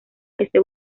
ese